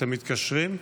אתם מתקשרים?